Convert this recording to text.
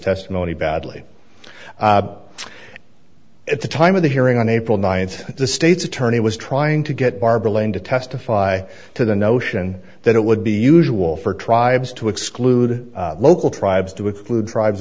testimony badly at the time of the hearing on april ninth the state's attorney was trying to get barbara lane to testify to the notion that it would be usual for tribes to exclude local tribes to exclude tribes